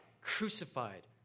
crucified